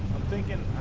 thinking